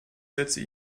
setze